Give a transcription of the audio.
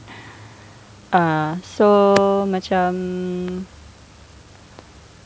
uh so macam